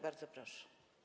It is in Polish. Bardzo proszę.